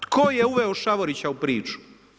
Tko je uveo Šavorića u priču?